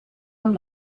amb